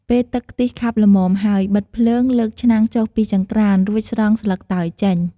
ពេលទឹកខ្ទិះខាប់ល្មមហើយ បិទភ្លើង លើកឆ្នាំងចុះពីចង្ក្រាន រួចស្រង់ស្លឹកតើយចេញ។